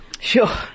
sure